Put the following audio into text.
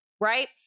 right